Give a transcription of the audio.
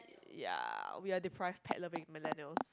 ya we are deprived pet loving Millennials